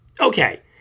Okay